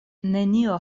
nenio